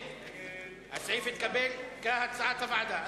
הסעיף התקבל, כהצעת הוועדה.